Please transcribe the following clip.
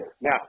Now